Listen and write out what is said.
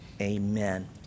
amen